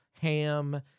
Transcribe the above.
ham